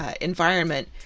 Environment